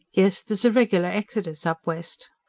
yes, there's a regular exodus up west.